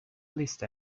list